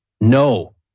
No